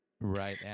right